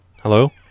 Hello